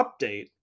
update